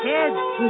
Kids